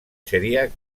sería